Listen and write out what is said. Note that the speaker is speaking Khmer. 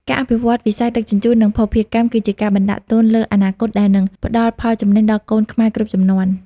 ការអភិវឌ្ឍវិស័យដឹកជញ្ជូន និងភស្តុភារកម្ម គឺជាការបណ្ដាក់ទុនលើអនាគត ដែលនឹងផ្ដល់ផលចំណេញដល់កូនខ្មែរគ្រប់ជំនាន់។